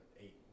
eight